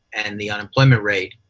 and the unemployment rate.